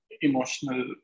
emotional